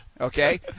Okay